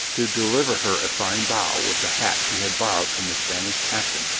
to deliver her a fine bow with the hat he had borrowed from the spanish captain,